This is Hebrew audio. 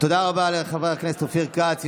תודה רבה לחבר הכנסת אופיר כץ,